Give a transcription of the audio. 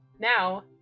Now